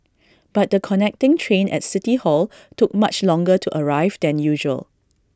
but the connecting train at city hall took much longer to arrive than usual